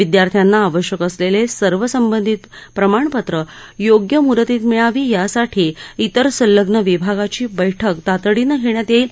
विद्यार्थ्यांना आवश्यक असलेले सर्व संबंधित प्रमाणपत्रे योग्य मुदतीत मिळावी यासाठी इतर संलग्न विभागाची बर्क्क तातडीने घेण्यात येईल